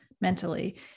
mentally